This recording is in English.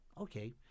okay